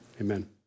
Amen